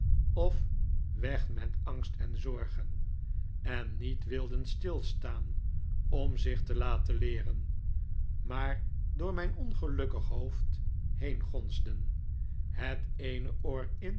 of weg met angst en zorgen en niet wilden stilstaan om zich te laten leeren maar door mijn ongelukkige hoofd heengonsden het eene